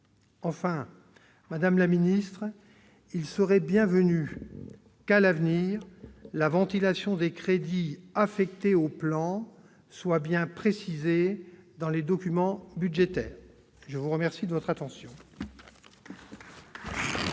Enfin, madame la ministre, il serait bienvenu que, à l'avenir, la ventilation des crédits affectés au plan soit bien précisée dans les documents budgétaires. La parole est à Mme